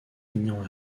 pignon